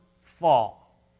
fall